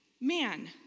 man